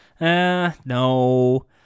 no